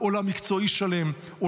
יש עולם מקצועי שלם,